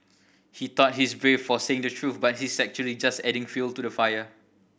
he thought he's brave for saying the truth but he's actually just adding fuel to the fire